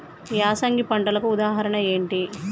యాసంగి పంటలకు ఉదాహరణ ఏంటి?